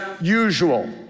usual